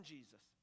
Jesus